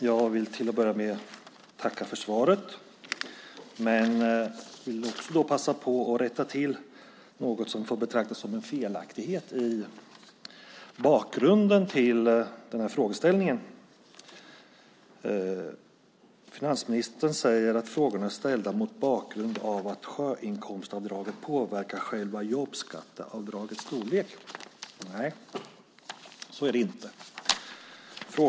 Fru talman! Till att börja med vill jag tacka finansministern för svaret. Jag vill också passa på att rätta till något som får betraktas som en felaktighet i bakgrunden till frågeställningen. Finansministern säger att frågorna är ställda mot bakgrund av att sjöinkomstavdraget påverkar själva jobbskatteavdragets storlek. Nej, så är det inte!